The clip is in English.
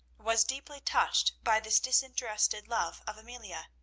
was deeply touched by this disinterested love of amelia.